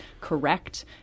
correct